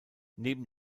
neben